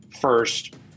first